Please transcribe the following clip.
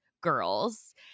girls